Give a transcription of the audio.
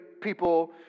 people